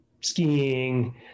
skiing